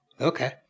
Okay